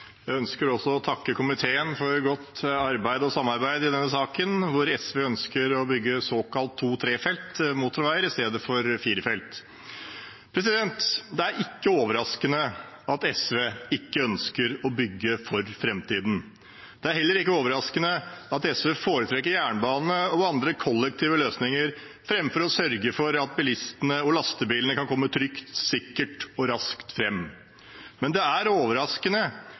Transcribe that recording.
Jeg ønsker å takke komiteen for godt arbeid og samarbeid i denne saken, hvor SV ønsker å bygge såkalte to- og trefelts motorveier i stedet for firefelts. Det er ikke overraskende at SV ikke ønsker å bygge for framtiden. Det er heller ikke overraskende at SV foretrekker jernbane og andre kollektive løsninger framfor å sørge for at bilistene og lastebilene kan komme trygt, sikkert og raskt fram. Men det er overraskende